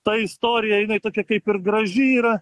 ta istorija jinai tokia kaip ir graži yra